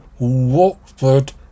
watford